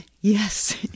Yes